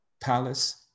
Palace